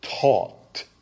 taught